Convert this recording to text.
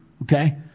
Okay